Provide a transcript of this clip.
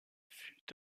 fut